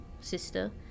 sister